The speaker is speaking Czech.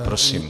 Prosím.